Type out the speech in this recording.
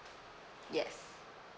yes